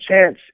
chance